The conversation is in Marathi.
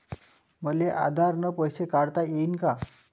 मले आधार न पैसे काढता येईन का?